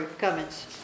comments